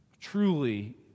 truly